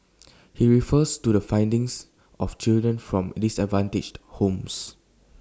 he refers to the findings of children from in disadvantaged homes